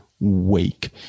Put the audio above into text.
Wake